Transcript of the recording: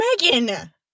Megan